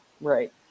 right